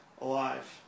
Alive